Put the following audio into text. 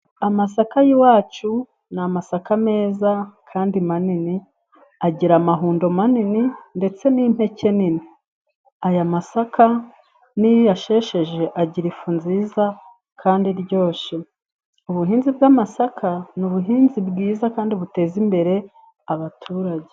Amasaka y'iwacu ni amasaka meza kandi manini ,agira amahundo manini ndetse n'impeke nini ,aya masaka n'iyo uyashesheje agira ifu nziza, kandi iryoshye ubuhinzi bw'amasaka ni ubuhinzi bwiza kandi buteza imbere abaturage.